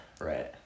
right